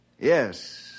Yes